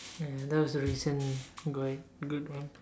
uh those recent good good one